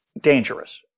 dangerous